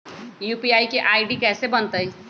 UPI के ID कैसे बनतई?